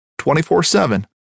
24-7